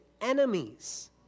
enemies